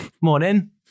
morning